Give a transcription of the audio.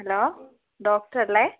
hello ഡോക്ടറല്ലേ